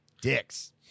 dicks